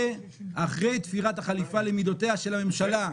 ואחרי תפירת החליפה למידותיה של הממשלה,